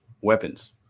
weapons